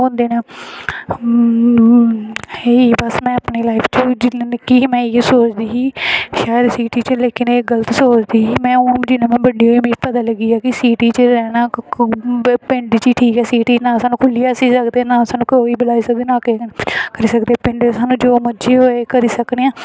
होंदे न एह् में बस अपनी लाईफ च निक्की गै बनाइयै सोभदी ही पर लेकिन एह् गलत सोचदी ही में जेल्लै में बड्डी होई पता लग्गी जंदा पिंड च ठीक ऐ खुल्ली ऐ ते ओह् ना स्हानू बुलाई सकदा ते निं किश करी सकदे ते पिंडे च जिन्ना मर्ज़ी होऐ करी सकने आं